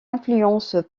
influences